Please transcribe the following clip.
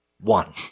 one